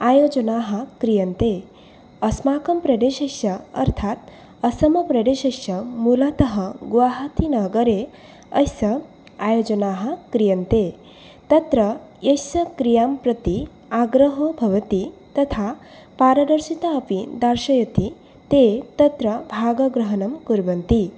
आयोजनाः क्रियन्ते अस्माकं प्रदेशस्य अर्थात् असमप्रदेशस्य मूलतः गुवाहातीनगरे अस्य आयोजनाः क्रियन्ते तत्र यस्य क्रियां प्रति आग्रहो भवति तथा पारदर्शिता अपि दर्शयति ते तत्र भागग्रहणं कुर्वन्ति